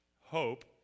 hope